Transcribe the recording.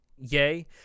Yay